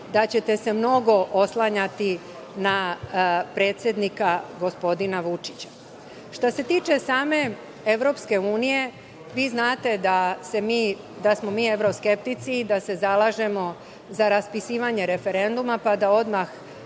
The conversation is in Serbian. da ćete se mnogo oslanjati na predsednika gospodina Vučića. Što se tiče same EU, vi znate da smo mi evroskeptici, da se zalažemo za raspisivanje referenduma, pa da odmah